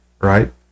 right